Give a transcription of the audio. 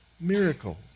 miracle